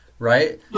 Right